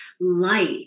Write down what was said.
light